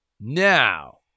Now